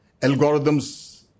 algorithms